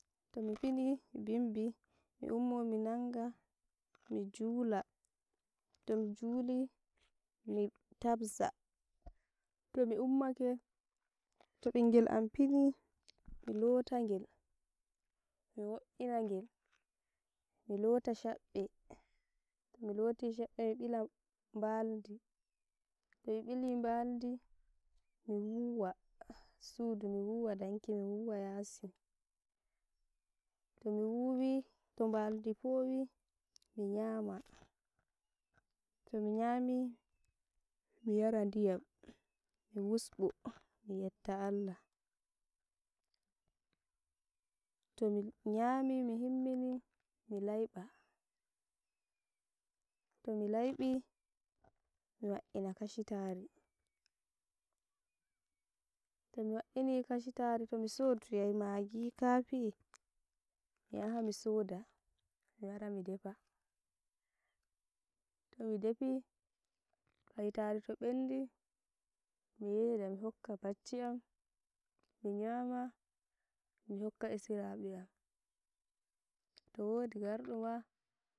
Tomi fini bimbi mi ummo minanga, mi jula tomi juli mi tabza, tomi ummake, to ɓingel am fini milota ngel, mi wo'ina ngel, milota shaɓɓe, miloti shaɓɓe, mi ɓilal mbaldi. Tomi ɓili mbaldi mi wuwa sudu mi wuwa danki, mi wuwa Yasi to mi wuwi to baldi fowi, mi nyama tomi nyami mi yara ndiyam mi wusɓo, miyetta Allah tomi nyami mi himmini mi laiɓa. Tomi laiɓi mi wa'ina kashitari tomi wa'ini kashitari to mi sodoyal magi, kafi, miyaha, mi soda, mi wara mi defa tomi defi, kaitari to ɓendi, miyeda mi hokka bacci am, mi nyama, mi hokka esiraɓe am, to wodi ngarɗo ma.